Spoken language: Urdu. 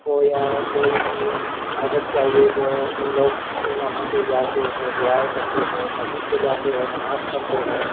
ہو یا کوئی بھی مدد چاہیے تو ان لوگ وہاں پہ جاتے ہیں دعائیں کرتے ہیں مسجد کو جاتے ہیں نماز پڑھتے ہیں